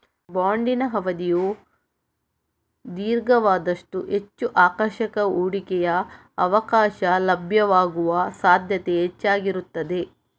ಬಾಂಡಿನ ಅವಧಿಯು ದೀರ್ಘವಾದಷ್ಟೂ ಹೆಚ್ಚು ಆಕರ್ಷಕ ಹೂಡಿಕೆಯ ಅವಕಾಶ ಲಭ್ಯವಾಗುವ ಸಾಧ್ಯತೆ ಹೆಚ್ಚಾಗಿರುತ್ತದೆ